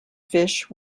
fish